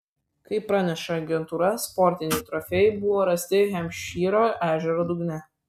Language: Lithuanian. kaip praneša agentūra sportiniai trofėjai buvo rasti hempšyro ežero dugne